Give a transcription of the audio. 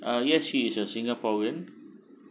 uh yes she is a singaporean